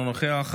איננו נוכח,